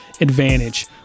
Advantage